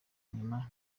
inyuma